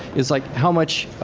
it's like, how much